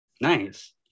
Nice